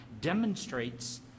demonstrates